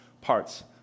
parts